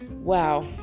wow